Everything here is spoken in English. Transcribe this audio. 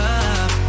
up